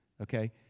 okay